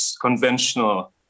conventional